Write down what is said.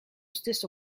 stesso